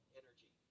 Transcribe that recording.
energy